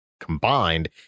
combined